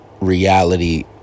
reality